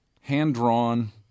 hand-drawn